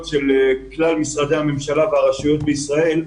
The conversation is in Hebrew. של כלל משרדי הממשלה והרשויות בישראל,